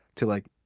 to like,